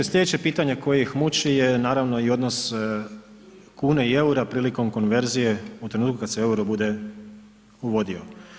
Sljedeće pitanje koje ih muči je naravno i odnos kune i eura prilikom konverzije u trenutku kada se euro bude uvodio.